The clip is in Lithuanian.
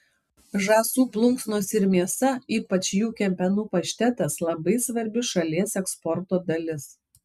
žąsų plunksnos ir mėsa ypač jų kepenų paštetas labai svarbi šalies eksporto dalis